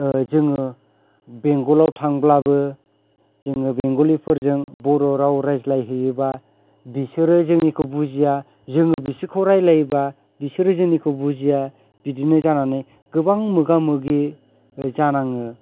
जोङो बेंगलाव थांब्लाबो जोङो बेंगलिफोरजों बर'राव रायज्लाय हैयोबा बिसोरो जोंनिखौ बुजिया जोङो बिसोरखौ रायलायोबा बिसोरो जोंनिखौ बुजिया बिदिनो जानानै गोबां मोगा मोगि जानाङो